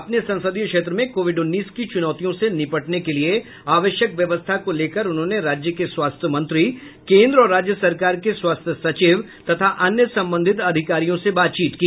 अपने संसदीय क्षेत्र में कोविड उन्नीस की चुनौतियों से निपटने के लिये आवश्यक व्यवस्था को लेकर उन्होंने राज्य के स्वास्थ्य मंत्री केन्द्र और राज्य सरकार के स्वास्थ्य सचिव तथा अन्य संबंधित अधिकारियों से बातचीत की